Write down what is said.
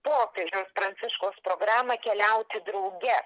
popiežiaus pranciškaus programą keliauti drauge